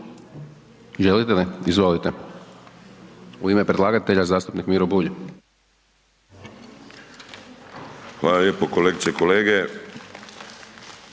Želite li? Izvolite. U ime predlagatelja zastupnik Miro Bulj. **Bulj, Miro